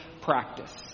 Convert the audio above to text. practice